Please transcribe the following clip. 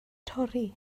torri